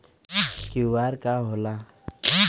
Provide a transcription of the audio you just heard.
QR का होला?